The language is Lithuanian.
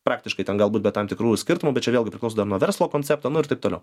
praktiškai ten galbūt be tam tikrų skirtumų bet čia vėlgi priklauso dar nuo verslo koncepto nu ir taip toliau